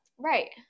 Right